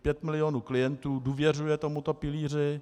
Pět milionů klientů důvěřuje tomuto pilíři.